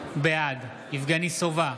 בעד יבגני סובה,